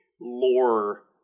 lore